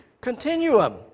continuum